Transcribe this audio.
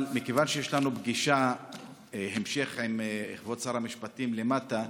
אבל מכיוון שיש לנו פגישת המשך עם כבוד שר המשפטים למטה,